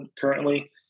currently